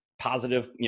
positive